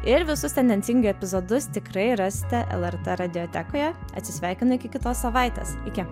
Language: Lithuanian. ir visus tendencingai epizodus tikrai rasite lrt radiotekoje atsisveikinu iki kitos savaitės iki